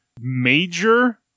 major